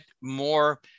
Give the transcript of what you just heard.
more